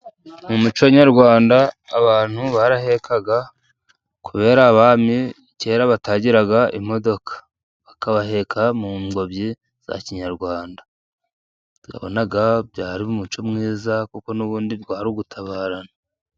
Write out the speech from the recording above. Mu muco nyarwanda abantu barahekaga, kubera ko abami kera batagira imodoka. Bakabaheka mu ngobyi za kinyarwanda. Wabonaga ko byari umuco mwiza kuko n'ubundi byari ugutabarana.